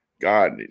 God